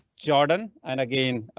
jordan. and again,